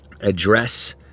address